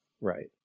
Right